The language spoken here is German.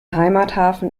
heimathafen